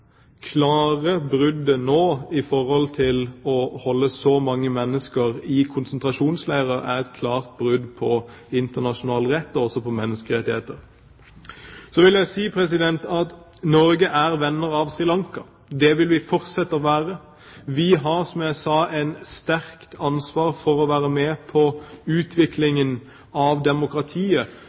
klare bruddet som nå skjer ved å holde så mange mennesker i konsentrasjonsleirer, er et klart brudd på internasjonal rett og også på menneskerettigheter. Så vil jeg si at Norge er venn av Sri Lanka. Det vil vi fortsette å være. Vi har, som jeg sa, et sterkt ansvar for å være med på utviklingen av demokratiet